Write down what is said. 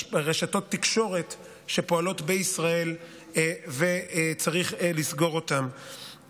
רשתות תקשורת שפועלות בישראל ושצריך לסגור אותן.